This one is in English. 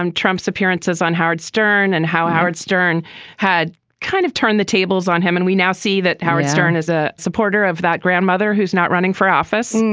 um trump's appearances on howard stern and howard stern had kind of turned the tables on him. and we now see that howard stern is a supporter of that grandmother who is not running for office.